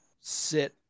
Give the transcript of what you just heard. sit